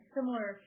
Similar